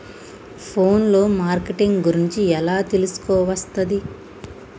Phone లో marketing గురించి ఎలా తెలుసుకోవస్తది?